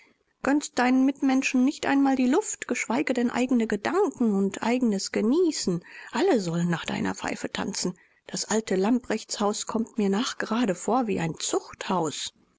gönnst deinen mitmenschen nicht einmal die luft geschweige denn eigene gedanken und eigenes genießen alle sollen nach deiner pfeife tanzen das alte lamprechtshaus kommt mir nachgerade vor wie ein zuchthaus